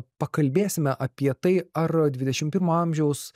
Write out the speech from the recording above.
pakalbėsime apie tai ar dvidešim pirmo amžiaus